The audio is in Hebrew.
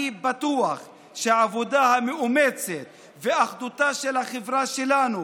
אני בטוח שהעבודה המאומצת ואחדותה של החברה שלנו